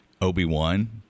Obi-Wan